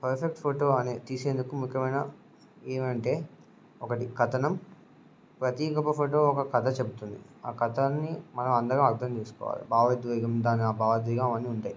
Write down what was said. perfect photo అనే తీసేందుకు ముఖ్యమైన ఏమంటే ఒకటి కథనం ప్రతీ ఒక్క ఫోటో ఒక కథ చెప్తుంది ఆ కథనాన్ని మనం అందరం అర్థం చేసుకోవాలి భావోద్వేగం దాని భావోద్వేగం అవన్ని ఉంటాయి